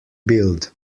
build